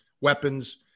weapons